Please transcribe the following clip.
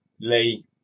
Lee